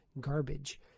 garbage